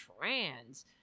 trans